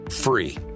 free